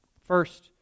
First